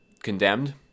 condemned